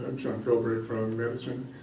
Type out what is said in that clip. and john colbert from madison.